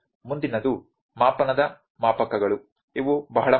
ಮುಂದಿನದು ಮಾಪನದ ಮಾಪಕಗಳು ಇವು ಬಹಳ ಮುಖ್ಯ